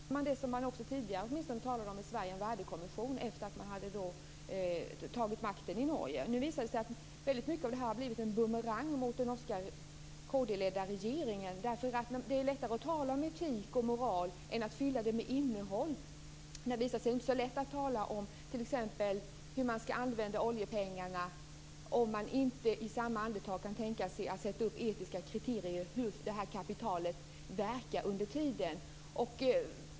Fru talman! I Norge har kristdemokraterna talat om det som man åtminstone tidigare talade om i Sverige, nämligen en värdekommission efter det att man tagit makten i Norge. Nu visar det sig att väldigt mycket av detta har blivit en bumerang mot den norska kd-ledda regeringen. Det är lättare att tala om etik och moral än att fylla den med innehåll. Det har visat sig att det inte är så lätt att tala om t.ex. hur man skall använda oljepengarna om man inte i samma andetag kan tänka sig att sätta upp etiska kriterier för hur det kapitalet verkar under tiden.